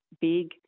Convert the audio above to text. big